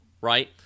right